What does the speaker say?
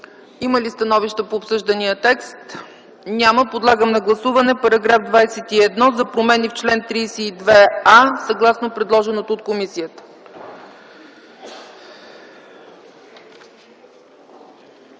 Има ли становища по обсъждания текст? Няма. Подлагам на гласуване § 21 за промени чл. 32а, съгласно предложеното от комисията.